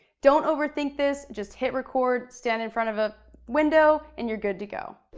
don't overthink this. just hit record, stand in front of a window, and you're good to go.